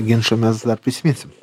ginčą mes dar prisiminsim